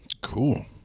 Cool